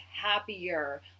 happier